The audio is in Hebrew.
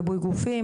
ריבוי גופים,